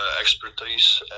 expertise